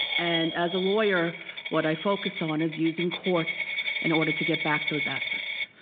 and as a lawyer what i focus on is using courts in order to get back those assets.